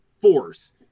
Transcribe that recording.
force